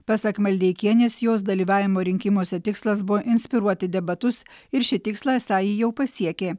pasak maldeikienės jos dalyvavimo rinkimuose tikslas buvo inspiruoti debatus ir šį tikslą esą ji jau pasiekė